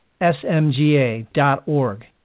smga.org